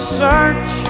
search